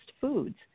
foods